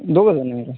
दोघं जणं आहे का